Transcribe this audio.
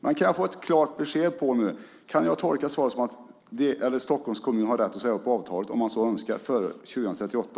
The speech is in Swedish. Jag skulle vilja ha ett klart besked om jag kan tolka svaret som att Stockholms kommun, om man så önskar, har rätt att säga upp avtalet före 2038.